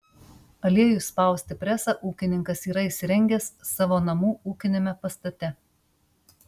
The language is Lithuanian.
aliejui spausti presą ūkininkas yra įsirengęs savo namų ūkiniame pastate